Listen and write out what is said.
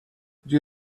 you